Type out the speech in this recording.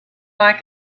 like